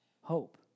hope